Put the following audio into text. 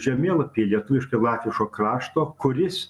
žemėlapį lietuviškai latviško krašto kuris